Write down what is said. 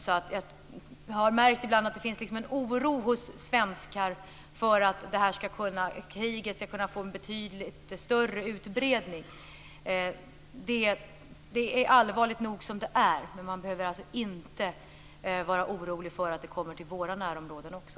Jag har ibland märkt att det finns en oro hos svenskar för att det här kriget skall kunna få en betydligt större utbredning. Det är allvarligt nog som det är, men man behöver alltså inte vara orolig för att det kommer till våra närområden också.